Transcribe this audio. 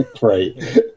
Right